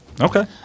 okay